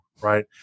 right